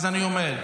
אז אני אומר,